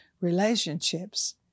relationships